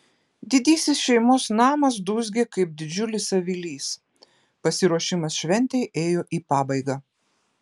didysis šeimos namas dūzgė kaip didžiulis avilys pasiruošimas šventei ėjo į pabaigą